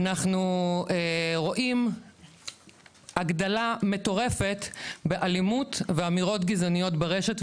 אנחנו רואים הגדלה מטורפת באלימות ואמירות גזעניות ברשת,